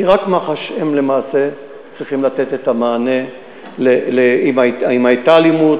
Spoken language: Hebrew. כי רק מח"ש צריכים לתת את המענה אם הייתה אלימות,